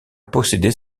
posséder